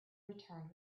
returned